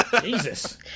jesus